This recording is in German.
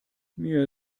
mir